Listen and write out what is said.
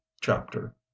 chapter